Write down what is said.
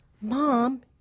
Mom